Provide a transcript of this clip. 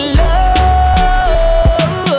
love